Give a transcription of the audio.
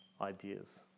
ideas